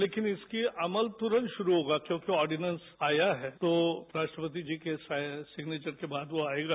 लेकिन इसके अमल तुरंत शुरू होगा क्योंकि ऑर्डिनेंस आया है तो राष्ट्रपति जी के सिंग्नेचर के बाद आयेगा